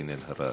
קארין אלהרר.